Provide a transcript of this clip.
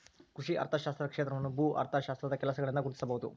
ಕೃಷಿ ಅರ್ಥಶಾಸ್ತ್ರದ ಕ್ಷೇತ್ರವನ್ನು ಭೂ ಅರ್ಥಶಾಸ್ತ್ರದ ಕೆಲಸಗಳಿಂದ ಗುರುತಿಸಬಹುದು